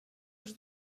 els